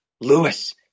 Lewis